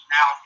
Now